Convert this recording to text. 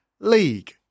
League